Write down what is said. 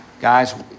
guys